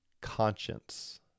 conscience